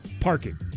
parking